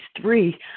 three